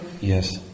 Yes